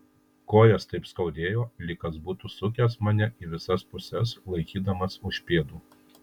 kojas taip skaudėjo lyg kas būtų sukęs mane į visas puses laikydamas už pėdų